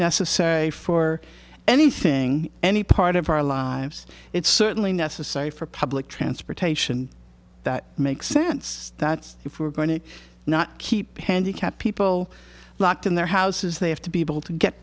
necessary for anything any part of our lives it's certainly necessary for public transportation that makes sense that if we're going to not keep handicapped people locked in their houses they have to be able to get